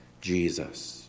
Jesus